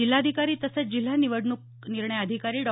जिल्हाधिकारी तसंच जिल्हा निवडणूक निर्णय अधिकारी डॉ